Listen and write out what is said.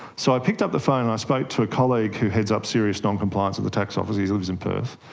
so i picked up the phone and i spoke to a colleague who heads up serious non-compliance at the tax office, he lives in perth,